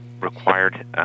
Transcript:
required